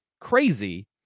crazy